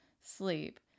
sleep